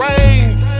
Rains